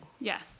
yes